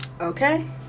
okay